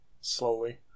slowly